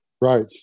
right